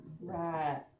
Right